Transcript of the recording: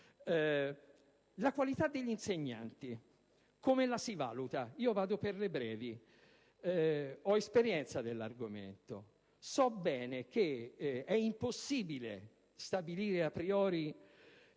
la qualità degli insegnanti? Io vado per le vie brevi. Ho esperienza dell'argomento e so bene che è impossibile stabilire a priori